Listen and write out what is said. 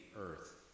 earth